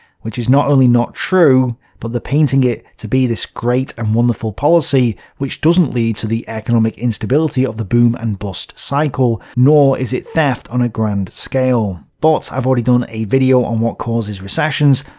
which is not only not true, but they're painting it to be this great and wonderful policy which doesn't lead to the economic instability of the boom and bust cycle, nor is it theft on a grand scale. but i've already done a video on what causes recessions,